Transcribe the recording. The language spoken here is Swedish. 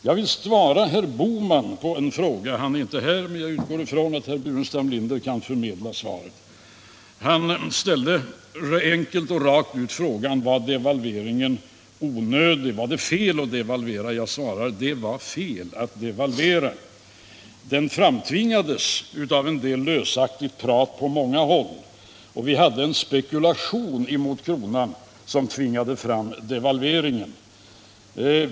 Jag vill svara herr Bohman på en fråga. Han är inte här, men jag utgår från att herr Burenstam Linder kan förmedla svaret. Herr Bohman frågade enkelt och rakt: Var devalveringen onödig? Var det fel att de valvera? Jag svarar: Det var fel att devalvera. Devalveringen framtvingades av en del lösaktigt prat på många håll. Det förekom en spekulation mot kronan, något som tvingade fram devalveringen.